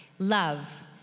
Love